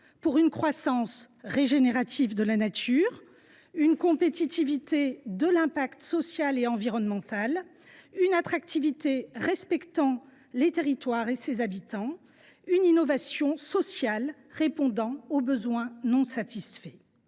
pour une croissance régénérative de la nature, une compétitivité de l’impact social et environnemental, une attractivité respectant les territoires et ses habitants et, enfin, une innovation sociale répondant aux besoins non satisfaits.